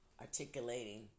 articulating